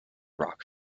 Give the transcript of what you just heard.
rock